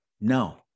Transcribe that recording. No